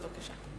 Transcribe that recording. בבקשה.